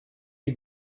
die